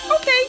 okay